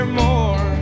more